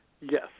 yes